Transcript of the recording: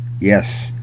Yes